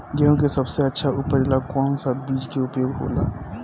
गेहूँ के सबसे अच्छा उपज ला कौन सा बिज के उपयोग होला?